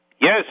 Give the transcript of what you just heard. Yes